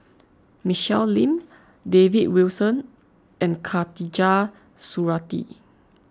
Michelle Lim David Wilson and Khatijah Surattee